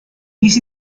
miss